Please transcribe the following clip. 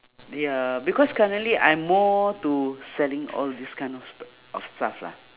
ya because currently I'm more to selling all these kind of stu~ of stuff lah